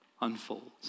unfolds